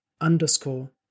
underscore